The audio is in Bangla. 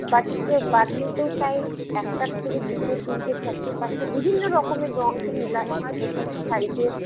বাটিকের বাঁধনিতেও তাই একটা থেকে দুটো তিনটে চারটে পাঁচটা বিভিন্ন রকমের রঙকে মেলানো হয় প্রথমে শাড়িতে